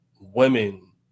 women